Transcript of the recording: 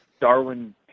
Darwin